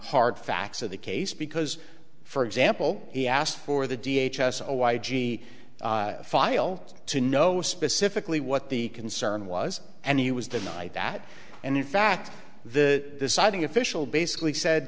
hard facts of the case because for example he asked for the d h s s a y g file to know specifically what the concern was and he was the night that and in fact the deciding official basically said